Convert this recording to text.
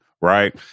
right